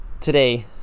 today